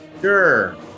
Sure